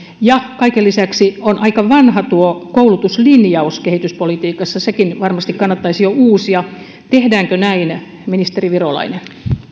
ja kaiken lisäksi on aika vanha tuo koulutuslinjaus kehityspolitiikassa sekin varmasti kannattaisi jo uusia tehdäänkö näin ministeri virolainen